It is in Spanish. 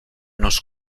nos